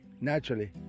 naturally